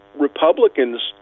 Republicans